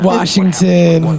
Washington